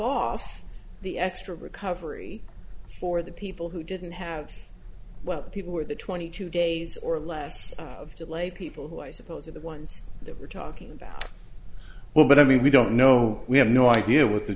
off the extra recovery for the people who didn't have well people or the twenty two days or less delay people voice opposing the ones that we're talking about well but i mean we don't know we have no idea what the